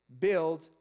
build